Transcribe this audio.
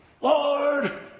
Lord